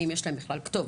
האם בכלל יש להם כתובת?